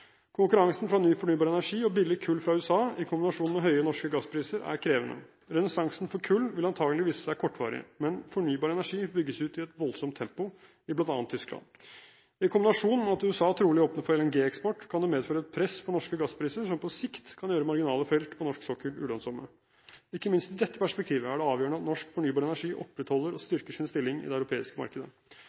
Konkurransen fra ny fornybar energi og billig kull fra USA i kombinasjon med høye, norske gasspriser er krevende. Renessansen for kull vil antakelig vise seg kortvarig, men fornybar energi bygges ut i et voldsomt tempo i bl.a. Tyskland. I kombinasjon med at USA trolig åpner for LNG-eksport, kan det medføre et press på norske gasspriser som på sikt kan gjøre marginale felt på norsk sokkel ulønnsomme. Ikke minst i dette perspektivet er det avgjørende at norsk fornybar energi opprettholder og styrker sin stilling i det europeiske markedet.